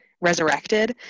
resurrected